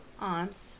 aunts